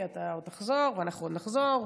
כי אתה עוד תחזור, ואנחנו עוד נחזור.